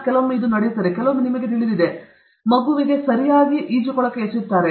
ಕೆಲವೊಮ್ಮೆ ಇದು ನಡೆಯುತ್ತದೆ ಕೆಲವೊಮ್ಮೆ ನಿಮಗೆ ತಿಳಿದಿದೆ ಅವರು ಮಗುವಿಗೆ ಸರಿ ಈಜುಕೊಳಕ್ಕೆ ಎಸೆಯುತ್ತಾರೆ